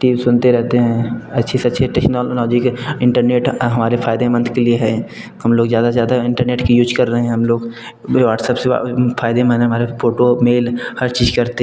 T V सुनते रहते हैं अच्छे से अच्छे टेक्नोलॉजी के इंटरनेट हमारे फ़ायदेमंद के लिए है हम लोग ज़्यादा से ज़्यादा इंटरनेट का यूज कर रहे हैं हम लोग व्हाट्सअप से फ़ायदेमंद हमारा फोटो मेल हर चीज़ करते